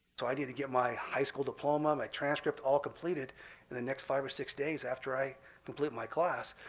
so i need to get my high school diploma, my transcript, all completed in the next five or six days after i complete my class,